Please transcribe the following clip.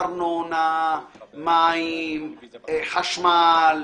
ארנונה, מים, חשמל,